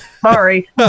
sorry